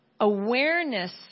awareness